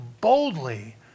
boldly